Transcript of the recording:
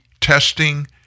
testing